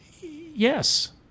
yes